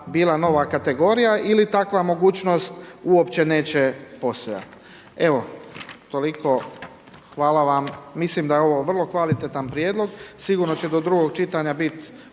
bila nova kategorija ili takva mogućnost uopće neće postojati. Evo, toliko, hvala vam. Mislim da je ovo vrlo kvalitetan prijedlog, sigurno će do drugog čitanja biti